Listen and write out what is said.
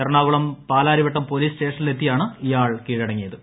Ernakulam Palarivattom police സ്റ്റേഷനിലെത്തിയാണ് ഇയാൾ കീഴടങ്ങിയത്